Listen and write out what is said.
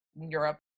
Europe